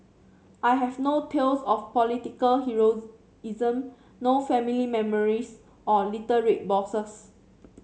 I have no tales of political heroism no family memories or little red boxes